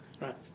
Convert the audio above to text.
Right